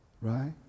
Right